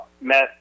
met